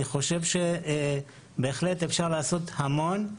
אני חושב שאפשר לעשות המון.